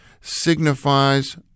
signifies